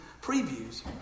previews